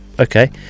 Okay